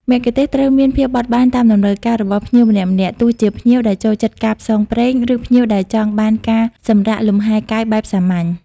មគ្គុទ្ទេសក៍ត្រូវមានភាពបត់បែនតាមតម្រូវការរបស់ភ្ញៀវម្នាក់ៗ ទោះជាភ្ញៀវដែលចូលចិត្តការផ្សងព្រេង ឬភ្ញៀវដែលចង់បានការសម្រាកលម្ហែកាយបែបសាមញ្ញ។